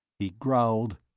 he growled,